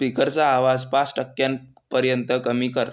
स्पीकरचा आवाज पाच टक्क्यांपर्यंत कमी कर